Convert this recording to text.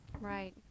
right